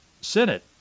Senate